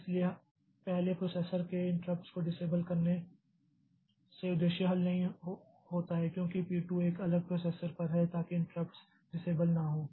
इसलिए पहले प्रोसेसर के इंटराप्ट्स को डिसेबल करने से उद्देश्य हल नहीं होता है क्योंकि P 2 एक अलग प्रोसेसर पर हैताकि इंटराप्ट्स डिसेबल ना हो